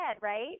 Right